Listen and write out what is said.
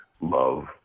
love